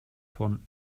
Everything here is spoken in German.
von